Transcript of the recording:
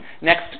next